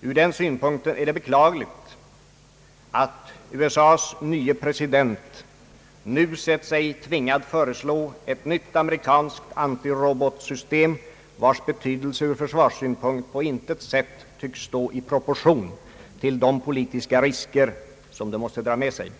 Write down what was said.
Ur den synpunkten är det beklagligt att USA:s nye president nu sett sig tvingad föreslå ett nytt amerikanskt antirobotsystem, vars betydelse ur försvarssynpunkt på intet sätt tycks stå i proportion till de politiska risker som det måste dra med sig.